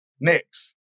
Next